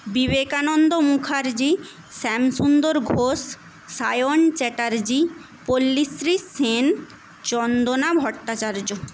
Vivekananda Mukherjee Shyamsundar Ghosh Sayan Chatterjee Pallishree Sen Chandana Bhattacharya